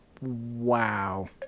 wow